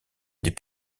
des